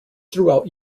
throughout